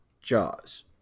Jaws